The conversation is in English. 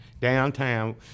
downtown